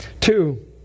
Two